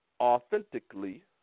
authentically